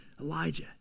Elijah